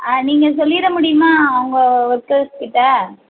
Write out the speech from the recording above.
ஆ நீங்கள் சொல்லிட முடியுமா அவங்க ஒர்க்கர்ஸ்கிட்ட